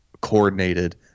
coordinated